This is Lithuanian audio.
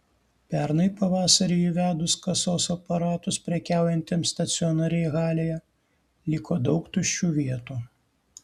pernai pavasarį įvedus kasos aparatus prekiaujantiems stacionariai halėje liko daug tuščių vietų